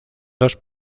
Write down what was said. dos